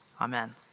Amen